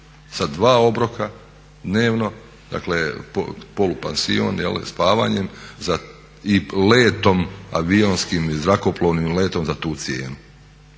sa dva obroka dnevno, dakle polupansion jel' sa spavanjem i letom avionskim i zrakoplovnim letom za tu cijenu.